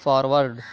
forward